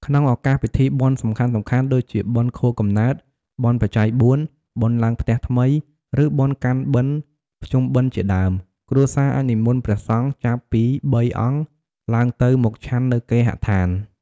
ក្នុងឱកាសពិធីបុណ្យសំខាន់ៗ ដូចជាបុណ្យខួបកំណើត បុណ្យបច្ច័យបួន បុណ្យឡើងផ្ទះថ្មី ឬបុណ្យកាន់បិណ្ឌភ្ជុំបិណ្ឌជាដើម គ្រួសារអាចនិមន្តព្រះសង្ឃចាប់ពី៣អង្គឡើងទៅមកឆាន់នៅគេហដ្ឋាន។